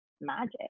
magic